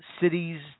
Cities